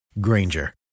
Granger